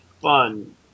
Fun